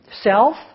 self